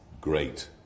great